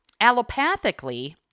Allopathically